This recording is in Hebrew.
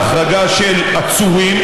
ההחרגה של עצורים,